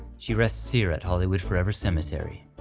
she rests here at hollywood forever cemetery.